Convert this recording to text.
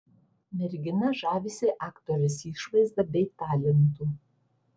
mergina žavisi aktorės išvaizda bei talentu